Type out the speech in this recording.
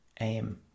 aim